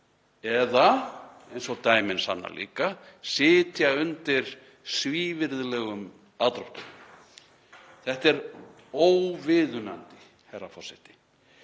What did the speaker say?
eða, eins og dæmin sanna líka, sitja undir svívirðilegum aðdróttun. Þetta er óviðunandi, herra forseti.